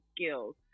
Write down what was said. skills